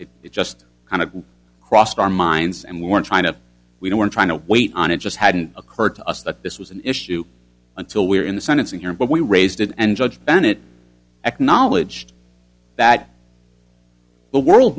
point it just kind of crossed our minds and we were trying to we were trying to wait on it just hadn't occurred to us that this was an issue until we're in the sentencing hearing but we raised it and judge bennett acknowledged that the world